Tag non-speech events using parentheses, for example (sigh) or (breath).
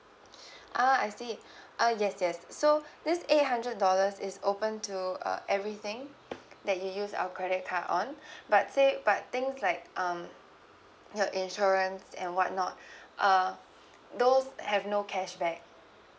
(breath) ah I see (breath) uh yes yes so this eight hundred dollars is open to uh everything that you use our credit card on (breath) but say but things like um your insurance and what not (breath) uh those have no cashback